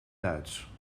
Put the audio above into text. duits